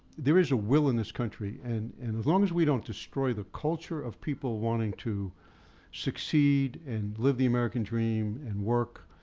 there is a will in this country. and and as long as we don't destroy the culture of people wanting to succeed and live the american dream, and work.